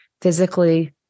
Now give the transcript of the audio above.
physically